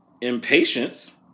impatience